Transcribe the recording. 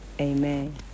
Amen